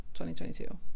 2022